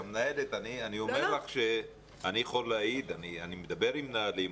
אני יכול להעיד אני מדבר עם מנהלים,